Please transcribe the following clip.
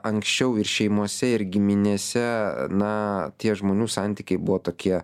anksčiau ir šeimose ir giminėse na tie žmonių santykiai buvo tokie